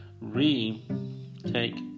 re-take